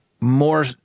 more